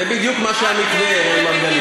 זה בדיוק מה שהמתווה עושה, חבר הכנסת מרגלית.